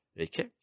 Okay